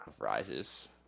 Rises